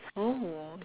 oh